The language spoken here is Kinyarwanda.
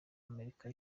amerika